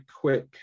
quick